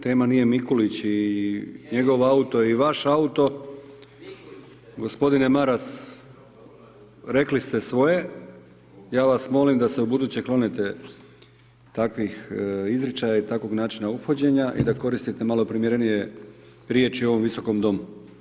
Tema nije Mikulić i njegov auto i vaš auto. … [[Upadica se ne čuje.]] Gospodine Maras, rekli ste svoje, ja vas molim da se ubuduće klonite takvih izričaja i takvog načina ophođenja i da koristite malo primjerenije riječi u ovom Visokom domu.